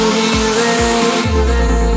healing